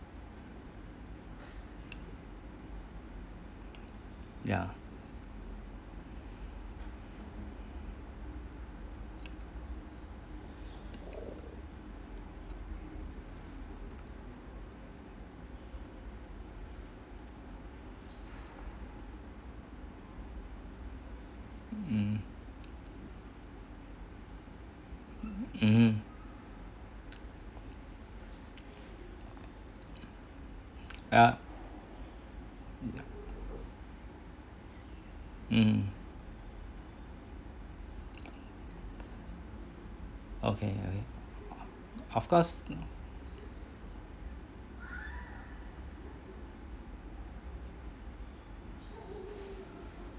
ya mm mmhmm ah mm okay okay of course